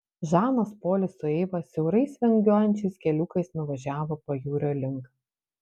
žanas polis su eiva siaurais vingiuojančiais keliukais nuvažiavo pajūrio link